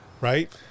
right